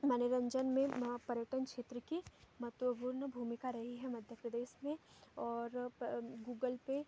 मनोरंजन में ना पर्यटन क्षेत्र की महत्वपूर्ण भूमिका रही है मध्य प्रदेश में और प गूगल पे